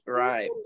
right